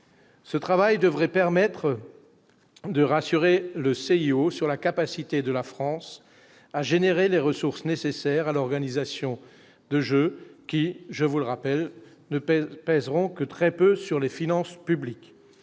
ce travail devrait permettre de rassurer le CIO sur la capacité de la France à générer les ressources nécessaires à l'organisation de jeu qui je vous le rappelle, ne pèse pèseront que très peu sur les finances publiques